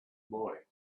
boy